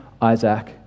Isaac